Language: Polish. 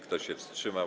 Kto się wstrzymał?